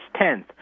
10th